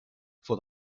for